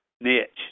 niche